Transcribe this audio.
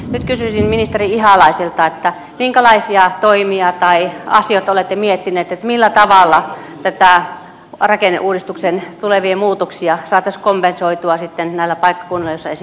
kysyisin ministeri ihalaiselta minkälaisia toimia tai asioita olette miettinyt millä tavalla näitä rakenneuudistuksen tulevia muutoksia saataisiin kompensoitua näillä paikkakunnilla joilla esimerkiksi varuskunnat lakkautuvat